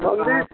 बन्दी